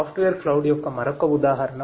software cloud కు ఉదాహరణ